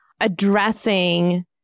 addressing